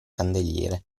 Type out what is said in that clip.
candeliere